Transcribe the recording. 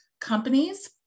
companies